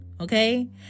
okay